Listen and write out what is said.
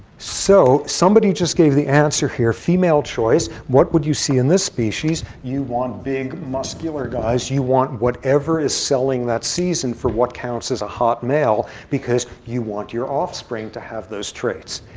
so somebody just gave the answer here, female choice. what would you see in this species? you want big, muscular guys. you want whatever is selling that season for what counts as a hot male, because you want your offspring to have those traits.